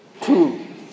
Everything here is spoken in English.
Two